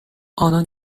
آنان